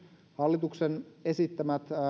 hallituksen nyt esittämät